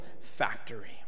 factory